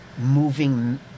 moving